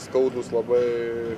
skaudūs labai